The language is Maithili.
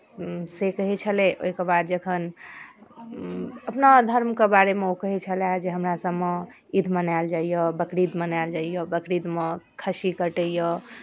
से कहै छलय ओहिके बाद जखन अपना धर्मके बारेमे ओ कहै छलय जे हमरसभमे ईद मनायल जाइए बकरीद मनायल जाइए बकरीदमे खस्सी कटैए